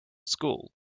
school